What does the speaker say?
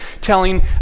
telling